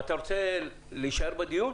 אדוני, אתה רוצה להישאר בדיון?